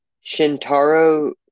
Shintaro